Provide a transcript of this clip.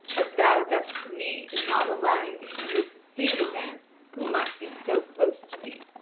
as thou dost to me in not allowing me even to see the man who must be so close to me.